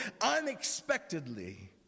unexpectedly